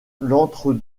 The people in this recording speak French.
l’entre